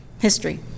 history